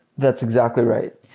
that's exactly right.